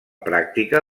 pràctica